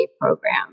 program